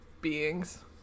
beings